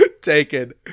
taken